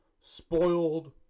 Spoiled